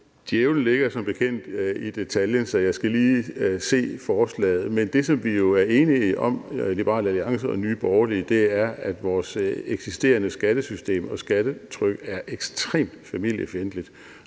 Djævlen ligger som bekendt i detaljen, så jeg skal lige se forslaget. Men det, som vi jo er enige om i Liberal Alliance og Nye Borgerlige, er, at det eksisterende skattesystem og skattetryk er ekstremt familiefjendtligt,